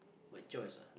my choice ah